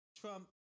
Trump